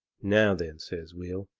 now then, says will,